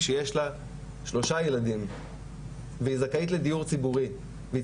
כשיש לה שלושה ילדים והיא זכאית לדיור ציבורי והיא